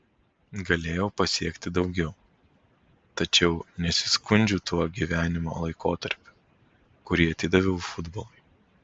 galėjau pasiekti daugiau tačiau nesiskundžiu tuo gyvenimo laikotarpiu kurį atidaviau futbolui